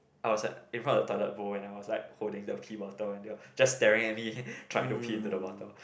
I was like in front of the toilet bowl and I was like holding the pee bottle and they all just staring at me trying to pee into the bottle